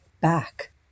back